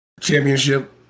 championship